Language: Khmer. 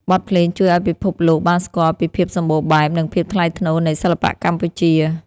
បទភ្លេងជួយឱ្យពិភពលោកបានស្គាល់ពីភាពសម្បូរបែប និងភាពថ្លៃថ្នូរនៃសិល្បៈកម្ពុជា។